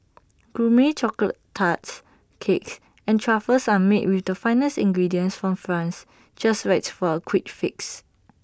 Gourmet Chocolate Tarts Cakes and truffles are made with the finest ingredients from France just right for A quick fix